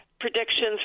Predictions